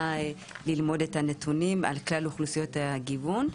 ללמוד את הנתונים על כלל אוכלוסיות הגיוון,